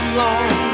long